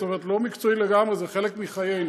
זאת אומרת, לא מקצועי לגמרי, זה חלק מחיינו.